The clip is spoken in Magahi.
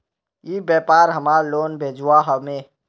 ई व्यापार हमार लोन भेजुआ हभे?